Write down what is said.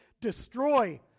Destroy